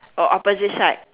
orh opposite side